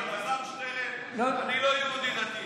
אלעזר שטרן, אני לא יהודי דתי.